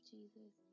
Jesus